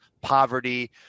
poverty